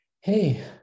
Hey